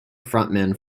frontman